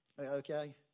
okay